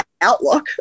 outlook